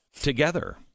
together